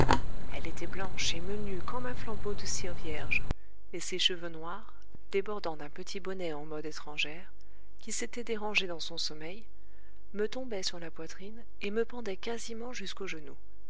elle était blanche et menue comme un flambeau de cire vierge et ses cheveux noirs débordant d'un petit bonnet en mode étrangère qui s'était dérangé dans son sommeil me tombaient sur la poitrine et me pendaient quasiment jusqu'aux genoux